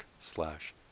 slash